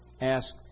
ask